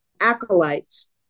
acolytes